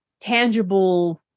tangible